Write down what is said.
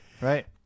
Right